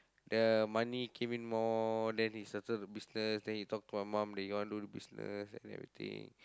the money came in more then he started the business then he talk to my mum they gonna do the business and everything